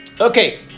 Okay